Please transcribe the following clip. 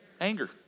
anger